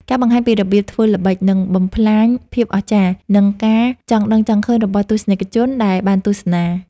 ការបង្ហាញពីរបៀបធ្វើល្បិចនឹងបំផ្លាញភាពអស្ចារ្យ និង ការចង់ដឹងចង់ឃើញរបស់ទស្សនិកជនដែលបានទស្សនា។